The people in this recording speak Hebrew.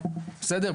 בסדר?